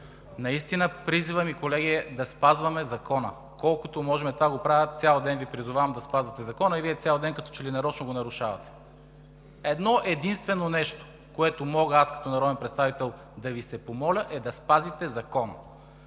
парламента. Призивът ми, колеги, е да спазваме закона, колкото можем! Това го правя цял ден – призовавам Ви да спазвате закона, и Вие цял ден, като че ли нарочно, го нарушавате. Едно-единствено нещо, което мога аз, като народен представител, да Ви се помоля, е да спазите закона!